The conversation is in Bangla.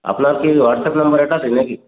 আপনার কি ওয়াটসআপ নম্বর এটাতেই নাকি